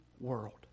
world